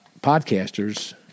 podcasters